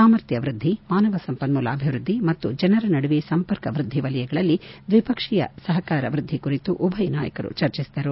ಸಾಮರ್ಥ್ನ ವ್ವದ್ಲಿ ಮಾನವ ಸಂಪನ್ನೂಲ ಅಭಿವ್ಯದ್ಲಿ ಮತ್ತು ಜನರ ನಡುವೆ ಸಂಪರ್ಕ ವ್ಯದ್ಲಿ ವಲಯಗಳಲ್ಲಿ ದ್ವಿಪಕ್ಷೀಯ ಸಕಾರ ವ್ಯದ್ಲಿ ಕುರಿತು ಉಭಯ ನಾಯಕರು ಚರ್ಚಿಸಿದರು